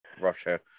Russia